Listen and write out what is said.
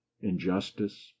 injustice